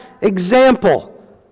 example